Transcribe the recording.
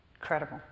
Incredible